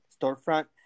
storefront